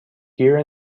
here